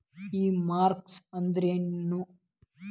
E commerce ಅಂದ್ರೇನು?